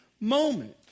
moment